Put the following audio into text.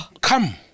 Come